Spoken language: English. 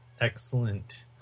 Excellent